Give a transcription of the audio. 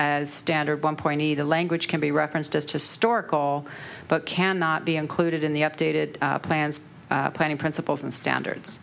as standard one point either language can be referenced as historical but cannot be included in the updated plans planning principles and standards